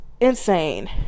insane